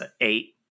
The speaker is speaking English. eight